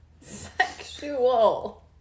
Sexual